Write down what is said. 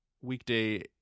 weekday